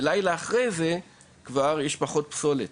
ולילה אחרי זה כבר הייתה פחות פסולת.